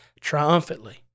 triumphantly